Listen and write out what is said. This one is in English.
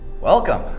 Welcome